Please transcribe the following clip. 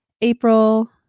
April